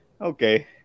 okay